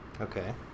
Okay